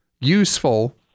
useful